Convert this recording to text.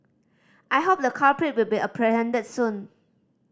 I hope the culprit will be apprehended soon